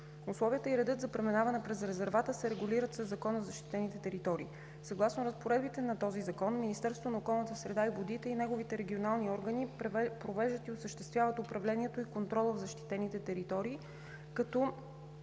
Условията и редът за преминаване през резервата се регулират със Закона за защитените територии. Съгласно разпоредбите на този Закон, Министерството на околната среда и водите и неговите регионални органи провеждат и осъществяват управлението и контрола в защитените територии, като